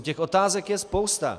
Těch otázek je spousta.